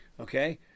okay